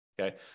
okay